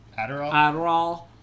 Adderall